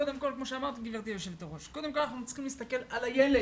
קודם כל אנחנו צריכים להסתכל על הילד.